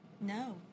No